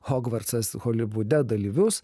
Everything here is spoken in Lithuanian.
hogvartsas holivude dalyvius